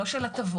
לא של הטבות.